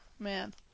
man